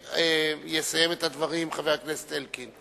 יסיים את הדברים חבר הכנסת אלקין.